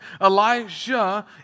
Elijah